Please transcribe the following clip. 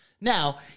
Now